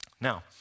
Now